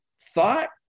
thought